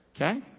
Okay